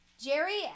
Jerry